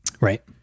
right